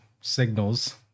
signals